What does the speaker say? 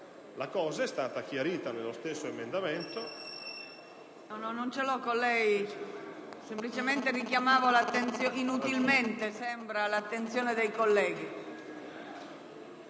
La questione è stata chiarita nello stesso emendamento.